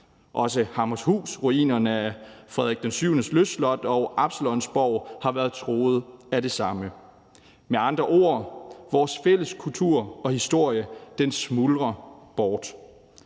Også Hammershusruinerne, Frederik VII's lystslot og Absalons borg har været truet af det samme. Med andre ord smuldrer vores fælles kultur og historie bort.